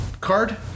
card